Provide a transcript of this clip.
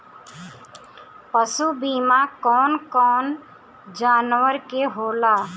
पशु बीमा कौन कौन जानवर के होला?